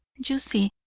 you see,